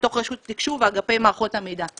בתוך רשות התקשוב ואגפי מערכות המידע.